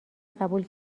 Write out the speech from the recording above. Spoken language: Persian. قبول